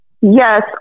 Yes